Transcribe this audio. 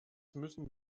müssen